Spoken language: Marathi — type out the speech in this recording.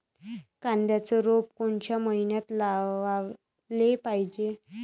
कांद्याचं रोप कोनच्या मइन्यात लावाले पायजे?